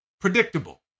Predictable